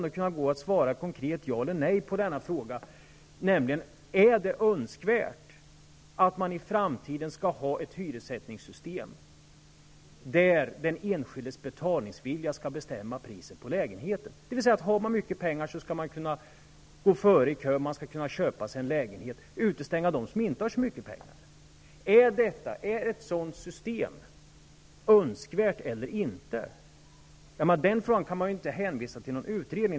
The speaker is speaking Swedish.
Det måste gå att svara konkret ja eller nej på frågan: Är det önskvärt att man i framtiden skall ha ett hyressättningssystem där den enskildes betalningsvilja skall bestämma priset på lägenheten, dvs. att om man har mycket pengar skall man kunna gå före i kön, köpa sig en lägenhet och utestänga dem som inte har så mycket pengar? Är ett sådant system önskvärt eller inte? Man kan inte bara hänvisa till någon utredning.